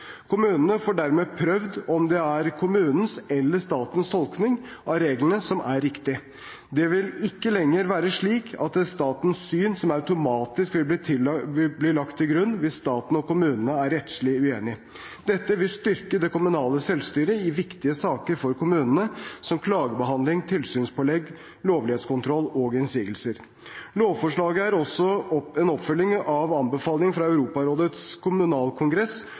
Kommunene får dermed prøvd om det er kommunenes eller statens tolkning av reglene som er riktig. Det vil ikke lenger være slik at det er statens syn som automatisk vil bli lagt til grunn hvis staten og kommunene er rettslig uenige. Dette vil styrke det kommunale selvstyret i viktige saker for kommunene, som klagebehandling, tilsynspålegg, lovlighetskontroll og innsigelser. Lovforslaget er også en oppfølging av anbefaling fra Europarådets kommunalkongress